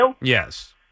Yes